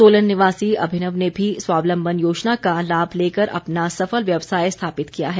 सोलन निवासी अभिनव ने भी स्वावलम्बन योजना का लाभ लेकर अपना सफल व्यवसाय स्थापित किया है